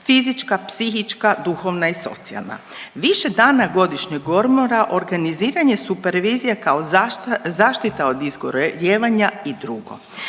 fizička, psihička i socijalna, više dana godišnjeg odmora organiziranje supervizije kao zaštita od izgorijevanja i drugo,